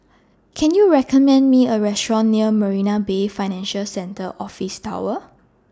Can YOU recommend Me A Restaurant near Marina Bay Financial Centre Office Tower